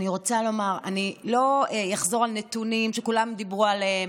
אני לא אחזור על נתונים שכולם דיברו עליהם,